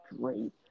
great